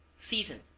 season.